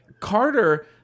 Carter